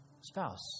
spouse